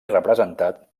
representat